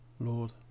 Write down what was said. Lord